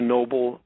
Noble